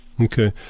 Okay